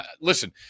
Listen